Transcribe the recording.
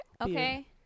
Okay